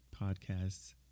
podcasts